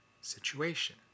situation